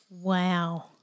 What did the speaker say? Wow